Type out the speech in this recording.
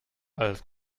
als